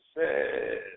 says